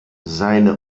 seine